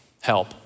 help